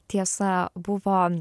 tiesa buvo